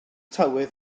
tywydd